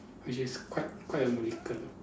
which is quite quite a miracle